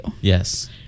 Yes